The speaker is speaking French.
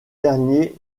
derniers